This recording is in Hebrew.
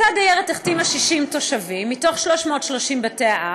אותה דיירת החתימה 60 תושבים מתוך 330 בתי-האב,